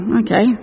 okay